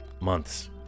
months